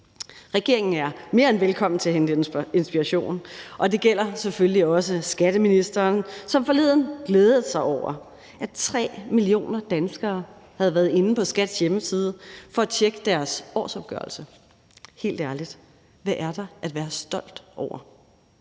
Regeringen er mere end velkommen til at hente inspiration, og det gælder selvfølgelig også skatteministeren, som forleden glædede sig over, at 3 millioner danskere havde været inde på skat.dk for at tjekke deres årsopgørelse. Helt ærligt, hvad er der at være stolt over?